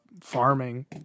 farming